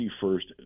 first